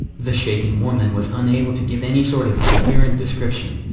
the shaken woman was unable to give any sort of coherent description.